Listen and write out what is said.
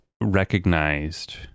recognized